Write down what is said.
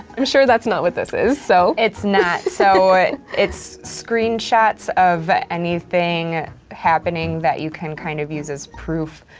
i'm sure that's not what this is. so it's not, so it's screenshots of anything happening that you can kind of use as proof.